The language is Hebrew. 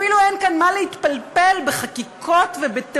אפילו אין כאן מה להתפלפל בחקיקות ובתיאומים.